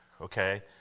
okay